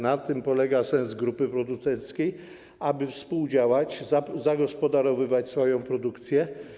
Na tym polega sens grupy producenckiej, aby współdziałać, zagospodarowywać swoją produkcję.